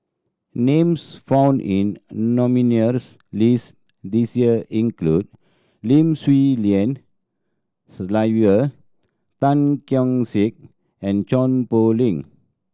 names found in nominees' list this year include Lim Swee Lian Sylvia Tan Keong Saik and Chua Poh Leng